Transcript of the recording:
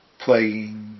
playing